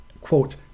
quote